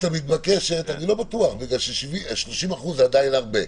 בזהירות המתבקשת, כי 30% זה עדיין הרבה.